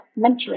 mentoring